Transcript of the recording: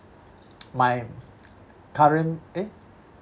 my current eh